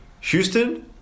Houston